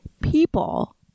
people